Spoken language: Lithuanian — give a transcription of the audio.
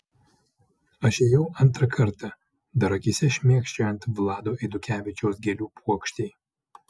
aš ėjau antrą kartą dar akyse šmėkščiojant vlado eidukevičiaus gėlių puokštei